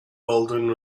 baldwin